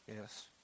yes